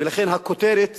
ולכן הכותרת